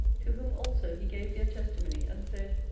to whom also he gave their testimony, and said,